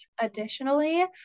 Additionally